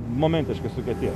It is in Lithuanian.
momentiškai sukietės